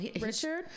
Richard